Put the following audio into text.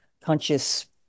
conscious